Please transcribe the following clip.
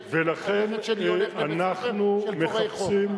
הולך לבית-ספר של פורעי חוק,